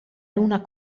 luna